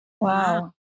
Wow